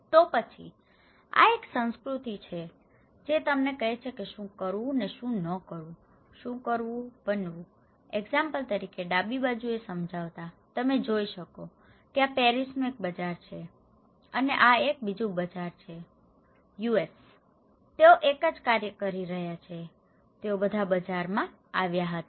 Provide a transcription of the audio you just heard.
તો પછી આ એક સંસ્કૃતિ છે જે તમને કહે છે કે શું કરવું અને શું ન કરવું શું કરવું બનવું એક્ઝામ્પલ તરીકે ડાબી બાજુએ સમજાવતા તમે જોઈ શકો છો કે આ પેરિસનું એક બજાર છે અને આ એક બીજું બજાર છે US તેઓ એક જ કાર્ય કરી રહ્યા છે તેઓ બધા બજારમાં આવ્યા હતા